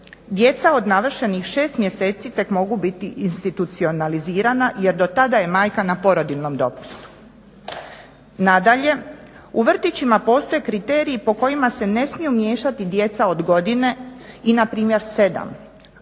Djeca od navršenih 6 mjeseci tek mogu biti institucionalizirana jer do tada je majka na porodiljnom dopustu. Nadalje, u vrtićima postoje kriteriji po kojima se ne smiju miješati djeca od godine, i npr. 7, a